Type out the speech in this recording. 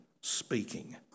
speaking